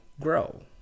grow